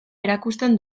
erakusten